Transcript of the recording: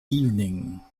evening